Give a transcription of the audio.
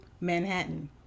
Manhattan